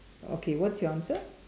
okay what's your answer